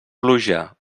pluja